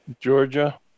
Georgia